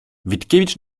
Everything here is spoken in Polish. witkiewicz